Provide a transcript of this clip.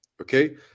okay